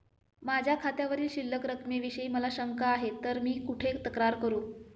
माझ्या खात्यावरील शिल्लक रकमेविषयी मला शंका आहे तर मी कुठे तक्रार करू?